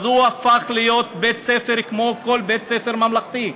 הפך להיות בית-ספר כמו כל בית-ספר ממלכתי,